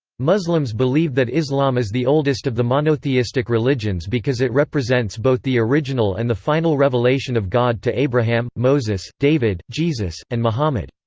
muslims believe that islam is the oldest of the monotheistic religions because it represents both the original and the final revelation of god to abraham, moses, david, jesus, and muhammad.